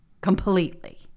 completely